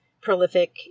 prolific